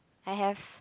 I have